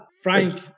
Frank